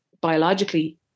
biologically